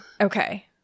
Okay